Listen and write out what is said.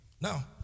Now